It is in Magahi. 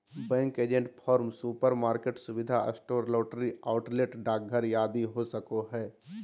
बैंक एजेंट फार्म, सुपरमार्केट, सुविधा स्टोर, लॉटरी आउटलेट, डाकघर आदि हो सको हइ